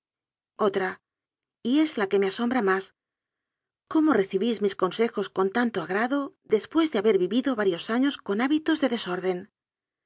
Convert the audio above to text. otra y es la que me asombra más cómo recibís mis conse jos con tanto agrado después de haber vivido va rios años con hábitos de desorden